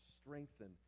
strengthen